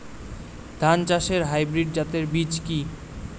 ধান চাষের হাইব্রিড জাতের বীজ কি?